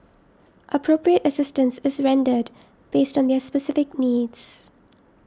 appropriate assistance is rendered based on their specific needs